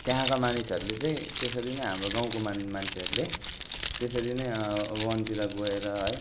त्यहाँका मानिसहरूले चाहिँ यसरी नै हाम्रो गाउँको मान् मान्छेहरूले त्यसरी नै वनतिर गएर है